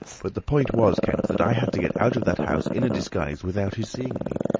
but the point was, kemp, that i had to get out of that house in a disguise without his seeing me.